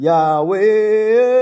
Yahweh